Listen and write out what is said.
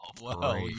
Wow